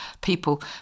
people